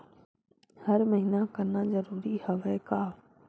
हर महीना करना जरूरी हवय का?